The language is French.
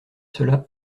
cela